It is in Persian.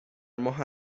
ماه